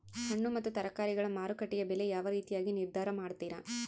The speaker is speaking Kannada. ಹಣ್ಣು ಮತ್ತು ತರಕಾರಿಗಳ ಮಾರುಕಟ್ಟೆಯ ಬೆಲೆ ಯಾವ ರೇತಿಯಾಗಿ ನಿರ್ಧಾರ ಮಾಡ್ತಿರಾ?